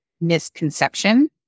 misconception